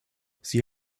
sie